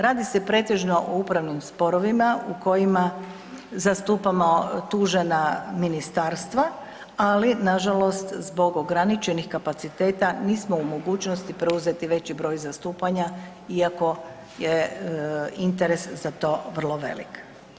Radi se pretežno u upravnim sporovima u kojima zastupamo tužena ministarstva ali nažalost zbog ograničenih kapaciteta nismo u mogućnosti preuzeti veći broj zastupanja iako je interes za to vrlo velik.